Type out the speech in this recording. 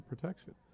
protection